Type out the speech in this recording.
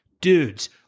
Dudes